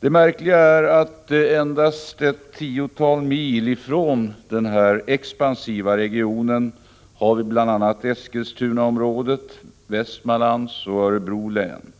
Det märkliga är att det endast ett tiotal mil från denna expansiva region, i Eskilstunaområdet, i Västmanlands län och i Örebro län,